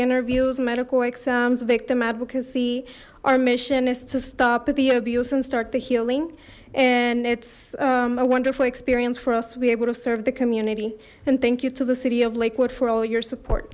interviews medical exams victim advocacy our mission is to stop the abuse and start the healing and it's a wonderful experience for us to be able to serve the community and thank you to the city of lakewood for all your support